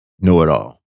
know-it-all